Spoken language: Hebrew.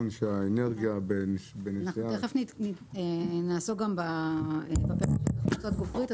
--- מיד נעסוק גם ב- -- גופרית.